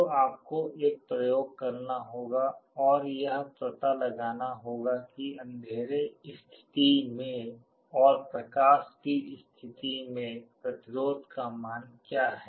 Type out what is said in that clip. तो आपको एक प्रयोग करना होगा और यह पता लगाना होगा कि अंधेरे स्थिति में और प्रकाश की स्थिति में प्रतिरोध का मान क्या है